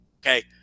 Okay